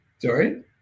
Sorry